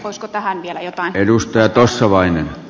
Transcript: olisiko tähän vielä jotain edustaja tossavainen a